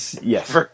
Yes